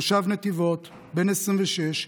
תושב נתיבות בן 26,